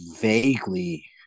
vaguely